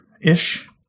ish